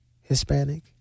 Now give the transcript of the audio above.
Hispanic